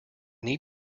need